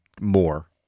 more